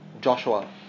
Joshua